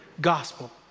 gospel